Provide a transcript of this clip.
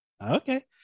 Okay